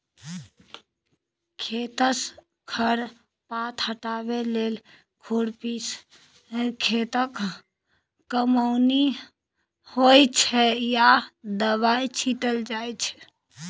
खेतसँ खर पात हटाबै लेल खुरपीसँ खेतक कमौनी होइ छै या दबाइ छीटल जाइ छै